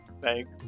thanks